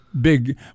big